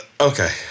Okay